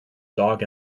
dog